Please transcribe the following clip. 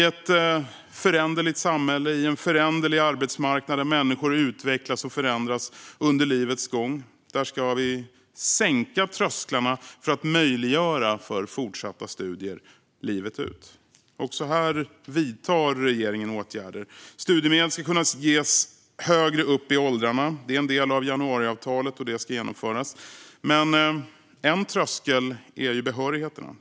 I ett föränderligt samhälle och på en föränderlig arbetsmarknad, där människor utvecklas och förändras under livets gång, ska vi sänka trösklarna för att möjliggöra fortsatta studier livet ut. Också här vidtar regeringen åtgärder. Studiemedel ska kunna ges högre upp i åldrarna. Det är en del av januariavtalet, och det ska genomföras. En tröskel är dock behörigheten.